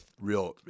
real